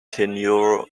tenure